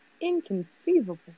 Inconceivable